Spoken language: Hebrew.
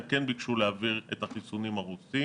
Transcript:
הם כן ביקשו להעביר את החיסונים הרוסים,